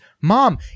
mom